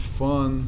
fun